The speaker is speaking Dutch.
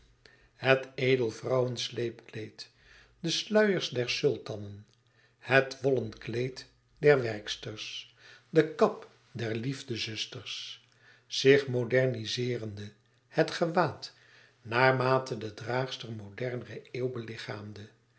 het edelvrouwe sleepkleed de sluiers der sultanen het wollen kleed der werksters de kap der liefdezusters zich modernizeerende het gewaad naarmate de draagster modernere eeuw belichaamde